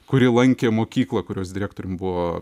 kuri lankė mokyklą kurios direktorium buvo